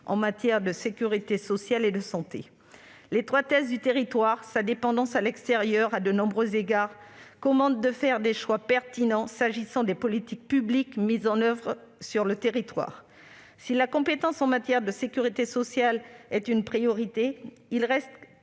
en matière de sécurité sociale et de santé. L'étroitesse du territoire et sa dépendance à l'extérieur à de nombreux égards commandent de faire des choix pertinents en ce qui concerne les politiques publiques mises en oeuvre. Si la compétence en matière de sécurité sociale est une priorité, il n'en